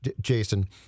Jason